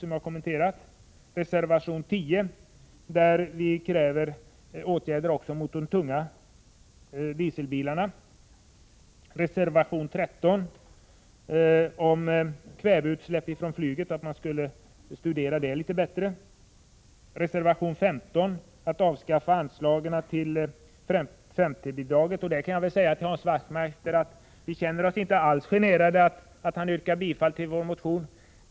Jag yrkar bifall till reservation 10, där vi kräver åtgärder mot de tunga dieselbilarna. I reservation 13, som jag också yrkar bifall till, kräver vi att man litet bättre skall studera kväveutsläppen från flyget. Jag yrkar bifall till reservation 15, som tar upp frågan om att avskaffa 5:3-bidraget. Vi känner oss inte alls generade över att Hans Wachtmeister yrkar bifall till vår motion.